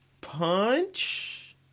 punch